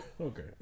Okay